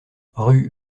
rue